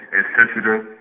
insensitive